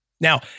Now